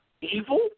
evil